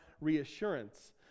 reassurance